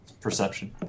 Perception